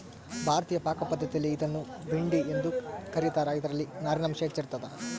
ಭಾರತೀಯ ಪಾಕಪದ್ಧತಿಯಲ್ಲಿ ಇದನ್ನು ಭಿಂಡಿ ಎಂದು ಕ ರೀತಾರ ಇದರಲ್ಲಿ ನಾರಿನಾಂಶ ಹೆಚ್ಚಿರ್ತದ